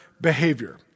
behavior